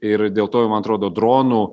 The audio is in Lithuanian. ir dėl to jau man atrodo dronų